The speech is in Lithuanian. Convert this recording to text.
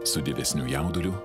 su didesniu jauduliu